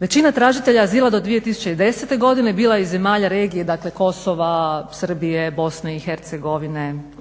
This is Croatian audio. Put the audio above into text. Većina tražitelja azila do 2010. godine bila je iz zemalja regije, dakle Kosova, Srbije, BiH